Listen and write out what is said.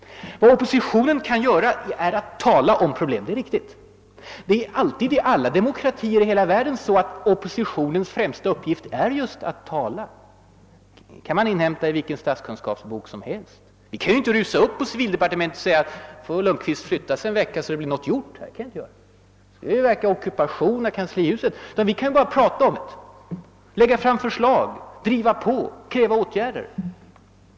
Vad oppositionen kan göra är främst att »tala om« problemen — det är riktigt. Det är i alla demokratier i hela världen så att oppositionens främsta uppgift är just att tala. Detta kan man inhämta i vilken statskunskapsbok som helst. Vi kan ju inte rusa upp på civildepartemetnéet och säga: »Nu får Lundkvist flytta på sig en vecka så att det blir något gjort här.» Det skulle ju vara ockupation av kanslihuset. Vad vi kan göra är att prata om problemen, lägga fram förslag, driva på, kräva åtgärder.